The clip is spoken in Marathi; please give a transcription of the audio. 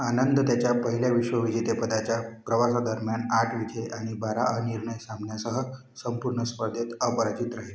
आनंद त्याच्या पहिल्या विश्वविजेतेपदाच्या प्रवासादरम्यान आठ विजय आणि बारा अनिर्णय सामन्यासह संपूर्ण स्पर्धेत अपराजित राहिला